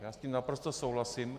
Já s tím naprosto souhlasím.